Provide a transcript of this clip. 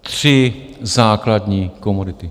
tři základní komodity.